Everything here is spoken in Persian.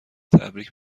تبریک